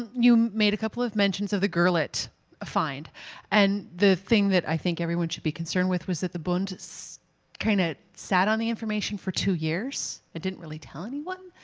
you made a couple of mentions of the gurlitt find and the thing that i think everyone should be concerned with was that the bunt so kind of sat on the information for two years and didn't really tell anyone.